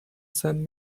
send